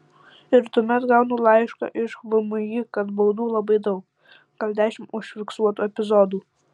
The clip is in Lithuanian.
ir tuomet gaunu laišką iš vmi kad baudų labai daug gal dešimt užfiksuotų epizodų